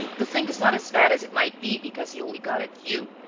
the thing is not as bad as it might be, because he only got at you.